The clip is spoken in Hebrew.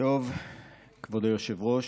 כבוד היושב-ראש,